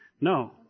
No